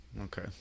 okay